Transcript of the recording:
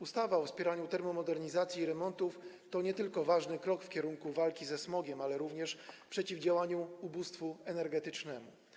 Ustawa o wspieraniu termomodernizacji i remontów to nie tylko ważny krok w kierunku walki ze smogiem, ale również w kierunku przeciwdziałania ubóstwu energetycznemu.